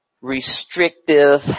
restrictive